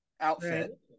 outfit